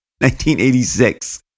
1986